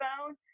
phone